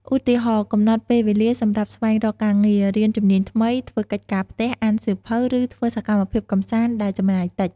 ឧទាហរណ៍ កំណត់ពេលវេលាសម្រាប់ស្វែងរកការងារ រៀនជំនាញថ្មី ធ្វើកិច្ចការផ្ទះ អានសៀវភៅ ឬធ្វើសកម្មភាពកម្សាន្តដែលចំណាយតិច។